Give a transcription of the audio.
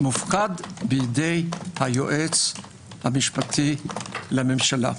מופקד בידי היועץ המשפטי לממשלה.